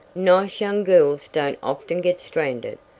nice young girls don't often get stranded,